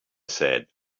said